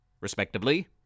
respectively